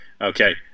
okay